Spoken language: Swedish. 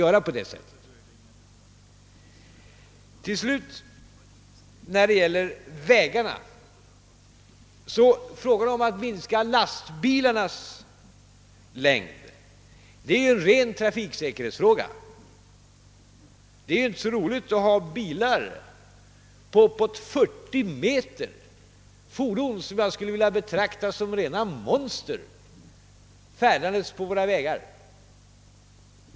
Vad vägarna beträffar är frågan om att minska lastbilarnas längd ett rent trafiksäkerhetsproblem. Det är inte så roligt att ha bilar på uppåt 40 meter på våra vägar, fordon som jag skulle vilja betrakta som rena monster.